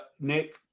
Nick